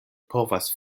povas